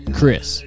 Chris